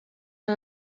han